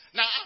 Now